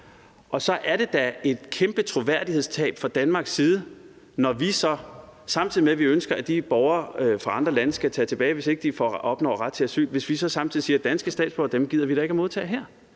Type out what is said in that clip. Og så er det da et kæmpe troværdighedstab fra Danmarks side, når vi, samtidig med at vi ønsker, at de borgere fra andre lande skal tages tilbage, hvis ikke de opnår ret til asyl, siger, at danske statsborgere gider vi da ikke at modtage her.